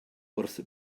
wrth